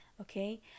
Okay